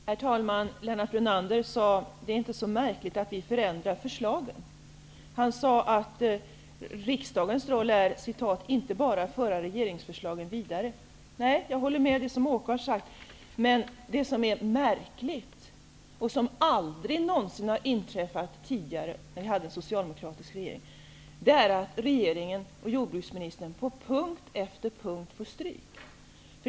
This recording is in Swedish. Herr talman! Lennart Brunander sade att det inte är så märkligt att man förändrar förslagen. Han sade att riksdagens roll inte bara är att föra regeringsförslagen vidare. Jag håller med om det som Åke Selberg har sagt. Det som är märkligt och som aldrig någonsin har inträffat tidigare när vi hade en socialdemokratisk regering är att regeringen och jordbruksministern på punkt efter punkt får stryk.